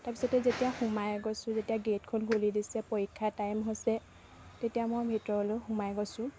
তাৰপিছতে যেতিয়া সোমাই গৈছোঁ যেতিয়া গে'টখন খুলি দিছে পৰীক্ষা টাইম হৈছে তেতিয়া মই ভিতৰলৈ সোমাই গৈছোঁ